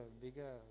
bigger